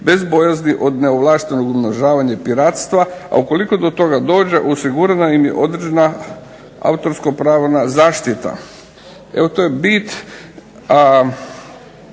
bez bojazni od neovlaštenog umnožavanja i piratstva, a ukoliko do toga dođe osigurana im je određena autorsko-pravna zaštita. Evo to je bit,